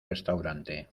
restaurante